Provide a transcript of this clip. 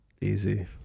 easy